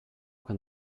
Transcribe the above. can